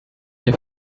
hier